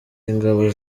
ingabo